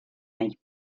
nahi